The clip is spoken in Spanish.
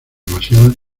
demasiada